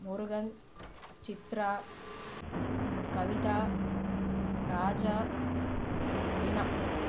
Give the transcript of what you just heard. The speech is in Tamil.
முருகன் சித்ரா கவிதா ராஜா மீனா